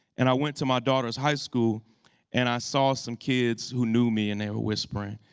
and i went to my daughter's high school and i saw some kids who knew me and they were whispering.